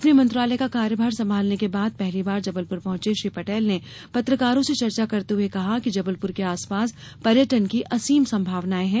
अपने मंत्रालय का कार्यभार संभालने के बाद पहली बार जबलपुर पहुंचे श्री पटेल ने पत्रकारों से चर्चा करते हुए कहा कि जबलपुर के आसपास पर्यटन की असीम संभावनाएं है